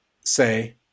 say